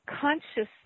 consciousness